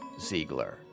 Ziegler